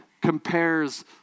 compares